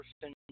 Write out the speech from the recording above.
person